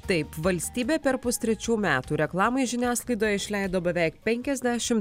taip valstybė per pustrečių metų reklamai žiniasklaidoj išleido beveik penkiasdešimt